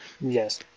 Yes